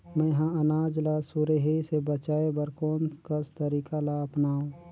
मैं ह अनाज ला सुरही से बचाये बर कोन कस तरीका ला अपनाव?